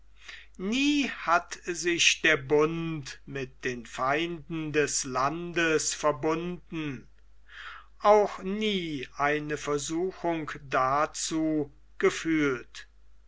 nie hat sich der bund mit den feinden des landes verbunden auch nie eine versuchung dazu gefehlt